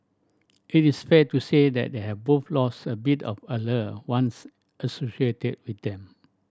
it is fair to say that they have both lost a bit of allure once associated with them